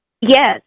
Yes